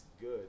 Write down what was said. good